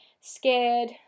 scared